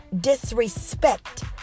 disrespect